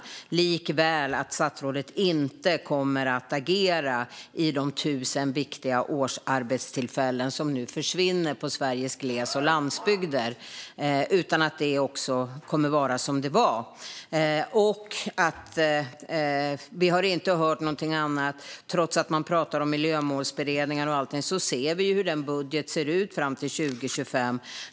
Jag antar också att statsrådet inte kommer att agera i fråga om de tusen viktiga årsarbetstillfällen som nu försvinner i Sveriges gles och landsbygder. Det kommer också att vara som det var. Vi har inte hört något annat. Trots att man pratar om miljömålsberedningar och allt ser vi hur budgeten ser ut fram till 2025.